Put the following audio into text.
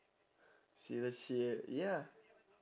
serious seri~ ya